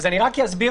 אני רק אסביר,